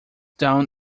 down